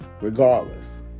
regardless